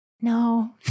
no